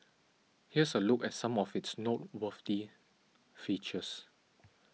here's a look at some of its noteworthy features